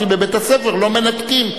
כי בבית-הספר לא מנתקים,